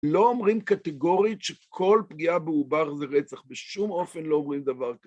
לא אומרים קטגורית שכל פגיעה בעובר זה רצח, בשום אופן לא אומרים דבר כזה.